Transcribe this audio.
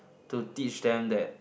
to teach them that